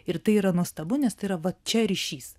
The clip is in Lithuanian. ir tai yra nuostabu nes tai yra va čia ryšys